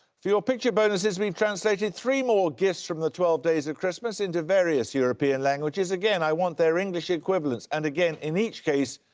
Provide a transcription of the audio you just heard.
for your picture bonuses, we've translated three more gifts from the twelve days of christmas into various european languages. again, i want their english equivalents and again, in each case,